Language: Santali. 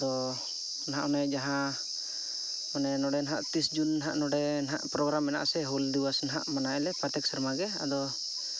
ᱟᱫᱚ ᱱᱟᱦᱟᱜ ᱚᱱᱮ ᱡᱟᱦᱟᱸ ᱚᱱᱮ ᱱᱚᱰᱮ ᱱᱟᱦᱟᱜ ᱛᱤᱥ ᱡᱩᱱ ᱱᱟᱦᱟᱜ ᱱᱚᱰᱮ ᱱᱟᱦᱟᱜ ᱯᱨᱳᱜᱨᱟᱢ ᱢᱮᱱᱟᱜᱼᱟ ᱥᱮ ᱦᱩᱞ ᱫᱤᱵᱚᱥ ᱱᱟᱦᱟᱜ ᱢᱟᱱᱟᱭᱟᱞᱮ ᱯᱨᱚᱛᱛᱮᱠ ᱥᱮᱨᱢᱟᱜᱮ ᱟᱫᱚ